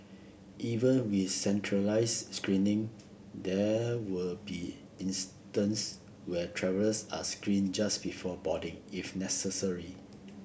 even with centralised screening there will be instances where travellers are screened just before boarding if necessary